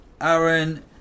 Aaron